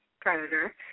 predator